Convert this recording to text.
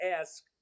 ask